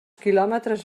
quilòmetres